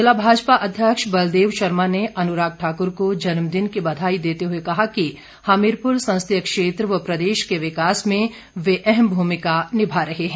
ज़िला भाजपा अध्यक्ष बलदेव शर्मा ने अनुराग ठाकुर को जन्मदिन की बधाई देते हुए कहा कि हमीरपुर संसदीय क्षेत्र व प्रदेश के विकास में वे अहम भूमिका निभा रहे हैं